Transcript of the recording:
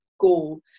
goal